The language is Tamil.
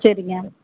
சரிங்க